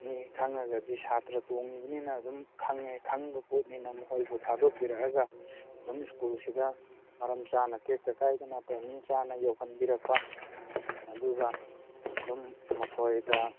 ꯅꯤ ꯈꯪꯉꯒꯗꯤ ꯁꯥꯇ꯭ꯔ ꯇꯣꯡꯏꯕꯅꯤꯅ ꯑꯗꯨꯝ ꯈꯪꯉꯦ ꯈꯪꯕ ꯄꯣꯠꯅꯤꯅ ꯃꯈꯣꯏꯕꯨ ꯊꯥꯗꯣꯛꯄꯤꯔꯛꯑꯒ ꯑꯗꯨꯝ ꯁ꯭ꯀꯨꯜꯁꯤꯗ ꯃꯔꯝ ꯆꯥꯅ ꯇꯦꯛꯇ ꯀꯥꯏꯗꯅ ꯇꯥꯏꯃꯤꯡ ꯆꯥꯅ ꯌꯧꯍꯟꯕꯤꯔꯛꯄ ꯑꯗꯨꯒ ꯑꯗꯨꯝ ꯃꯈꯣꯏꯗ